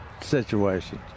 situation